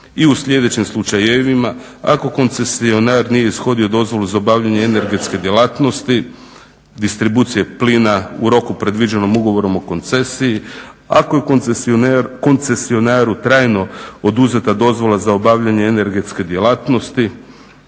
i u sljedećim slučajevima, ako koncesionar nije ishodio dozvolu za obavljanje energetske djelatnosti, distribucije plina u roku predviđenom ugovorom o koncesiji, ako je koncesionaru trajno oduzeta dozvola za obavljanje energetske djelatnosti